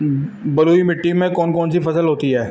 बलुई मिट्टी में कौन कौन सी फसल होती हैं?